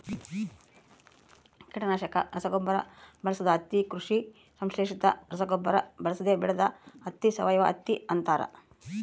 ಕೀಟನಾಶಕ ರಸಗೊಬ್ಬರ ಬಳಸದ ಹತ್ತಿ ಕೃಷಿ ಸಂಶ್ಲೇಷಿತ ರಸಗೊಬ್ಬರ ಬಳಸದೆ ಬೆಳೆದ ಹತ್ತಿ ಸಾವಯವಹತ್ತಿ ಅಂತಾರ